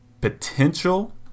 potential